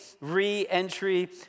re-entry